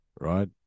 right